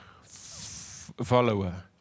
follower